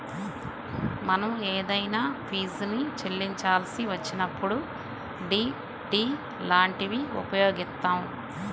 మనం ఏదైనా ఫీజుని చెల్లించాల్సి వచ్చినప్పుడు డి.డి లాంటివి ఉపయోగిత్తాం